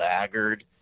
laggard